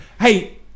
hey